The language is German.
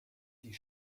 die